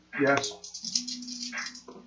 Yes